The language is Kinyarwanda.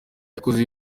yakoze